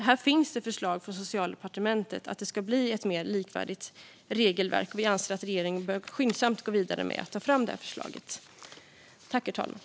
Här finns det förslag från Socialdepartementet om att det ska bli ett mer likvärdigt regelverk, och vi anser att regeringen skyndsamt bör gå vidare med att ta fram ett sådant förslag.